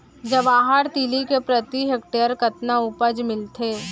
जवाहर तिलि के प्रति हेक्टेयर कतना उपज मिलथे?